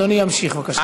אדוני ימשיך, בבקשה.